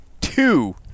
Two